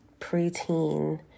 preteen